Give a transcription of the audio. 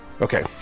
okay